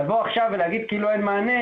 לבוא עכשיו ולהגיד כאילו אין מענה